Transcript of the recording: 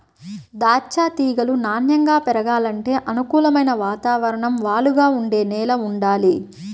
దాచ్చా తీగలు నాన్నెంగా పెరగాలంటే అనుకూలమైన వాతావరణం, వాలుగా ఉండే నేల వుండాలి